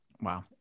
Wow